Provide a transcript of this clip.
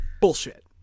Bullshit